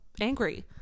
angry